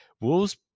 Wolves